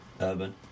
urban